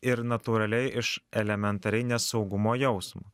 ir natūraliai iš elementariai nesaugumo jausmo